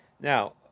Now